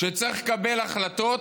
שצריך לקבל החלטות